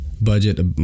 budget